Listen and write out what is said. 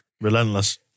Relentless